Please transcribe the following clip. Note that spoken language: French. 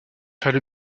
faire